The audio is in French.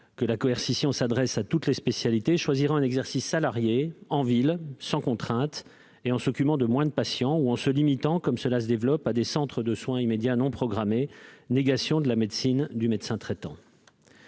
où la coercition s'adresserait à toutes les spécialités, ils choisiront un exercice salarié, en ville, sans contraintes, et s'occuperont de moins de patients ou se limiteront, comme cela se fait de plus en plus, à des centres de soins immédiats non programmés, négation de la médecine du médecin traitant.